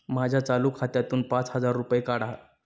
माझ्या चालू खात्यातून पाच हजार रुपये काढा